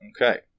okay